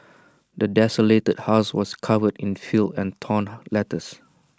the desolated house was covered in filth and torn letters